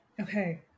Okay